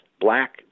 Black